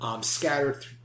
Scattered